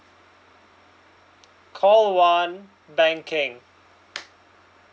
call one banking